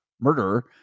Murderer